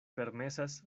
permesas